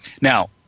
Now